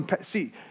see